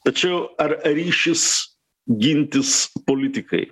tačiau ar ryšis gintis politikai